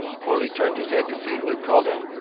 corley turned his head to see who had called him,